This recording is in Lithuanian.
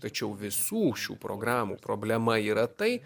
tačiau visų šių programų problema yra tai